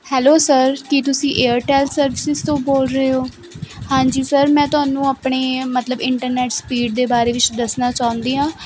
hello sir ਕੀ ਤੁਸੀਂ Airtel services ਤੋਂ ਬੋਲ ਰਹੇ ਓ ਹਾਂਜੀ ਸਰ ਮੈਂ ਤੁਹਾਨੂੰ ਆਪਣੇ ਮਤਲਬ ਇੰਟਰਨੈੱਟ ਸਪੀਡ ਦੇ ਬਾਰੇ ਵਿੱਚ ਦੱਸਣਾ ਚਾਹੁੰਦੀ ਹਾਂ